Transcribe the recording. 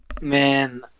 Man